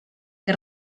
que